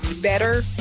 better